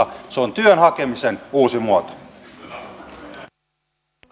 se on työn hakemisen uusi muoto